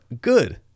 good